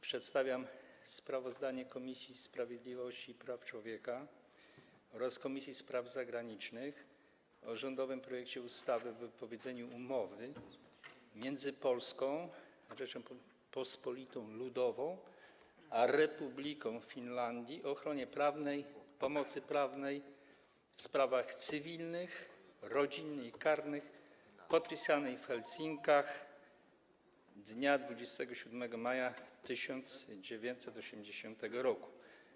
Przedstawiam sprawozdanie Komisji Sprawiedliwości i Praw Człowieka oraz Komisji Spraw Zagranicznych o rządowym projekcie ustawy o wypowiedzeniu Umowy między Polską Rzecząpospolitą Ludową a Republiką Finlandii o ochronie prawnej i pomocy prawnej w sprawach cywilnych, rodzinnych i karnych, podpisanej w Helsinkach dnia 27 maja 1980 r.